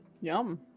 Yum